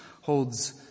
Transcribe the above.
holds